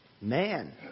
man